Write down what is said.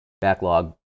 backlog